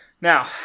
now